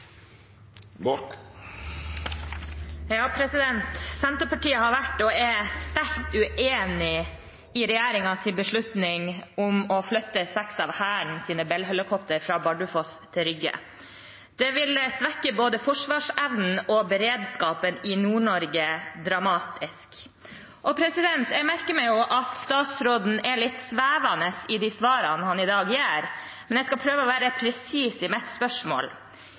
Senterpartiet har vært og er sterkt uenig i regjeringens beslutning om å flytte seks av Hærens Bell-helikopter fra Bardufoss til Rygge. Det vil svekke både forsvarsevnen og beredskapen i Nord-Norge dramatisk. Jeg merker meg at statsråden er litt svevende i de svarene han i dag gir, men jeg skal prøve å være presis i mitt spørsmål.